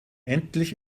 endlich